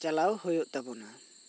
ᱪᱟᱞᱟᱣ ᱦᱩᱭᱩᱜ ᱛᱟᱵᱚᱱᱟ